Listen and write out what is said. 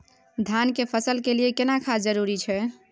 धान के फसल के लिये केना खाद जरूरी छै?